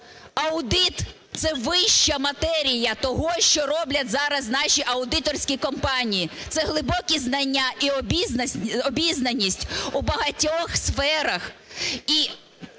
аудит – це вища матерія того, що роблять зараз наші аудиторські компанії, це глибокі знання і обізнаність у багатьох сферах.